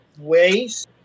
ways